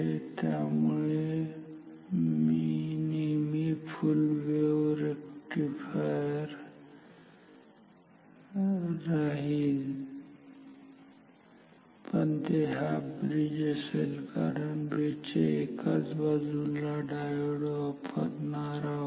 त्यामुळे ते नेहमी फुल वेव्ह रेक्टिफायर राहील पण ते हाफ ब्रिज असेल कारण आपण या ब्रिज च्या एकाच बाजूला डायोड वापरणार आहोत